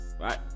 right